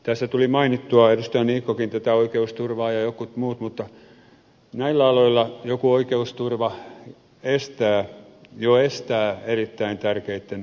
tässä tuli mainittua edustaja niikkokin mainitsi oikeusturvan ja jotkut muut että näillä aloilla jokin oikeusturva jo estää erittäin tärkeitten asioitten eteenpäinmenon